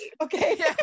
okay